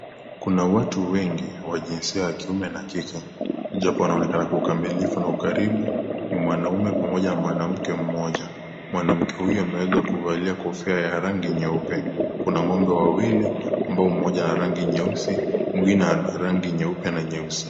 Kuna watu wengi wa jinsia ya kiume na kike. Huyu hapa anayeonekana kwa ukamilifu na raisi ni mwanaume pamoja na mwanamke mmoja. Mwanamke huyo ameweza kuvalia kofia ya rangi yeupe. Kuna ng'ombe wawili ambao mmoja ana rangi nyeusi, mwingine ana rangi nyeupe na nyeusi.